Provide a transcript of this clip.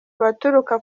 abaturuka